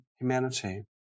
humanity